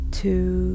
two